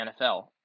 NFL